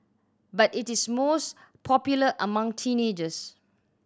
but it is most popular among teenagers